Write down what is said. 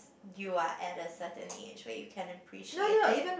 you are at a certain age where you can appreciate it